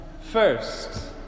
First